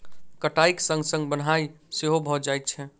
कटाइक संग संग बन्हाइ सेहो भ जाइत छै